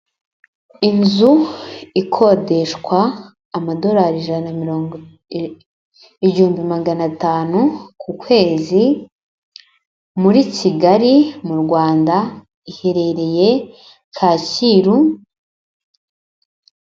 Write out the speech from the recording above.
Inzu ikodeshwa amadorari igihumbi magana atanu ku kwezi muri Kigali mu Rwanda iherereye Kacyiru.